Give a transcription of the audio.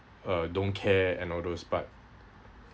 uh don't care and all those but